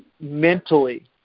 mentally